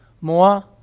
more